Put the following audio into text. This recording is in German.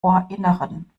ohrinneren